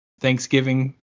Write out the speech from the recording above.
Thanksgiving